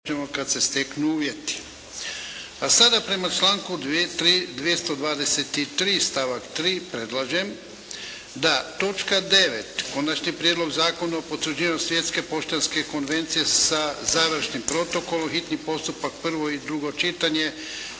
Ivan (HDZ)** A sada prema članku 223. stavak 3. predlažem da točka 9.: - Konačni prijedlog zakona o potvrđivanju Svjetske poštanske konvencije sa završnim protokolom, hitni postupak, prvo i drugo čitanje,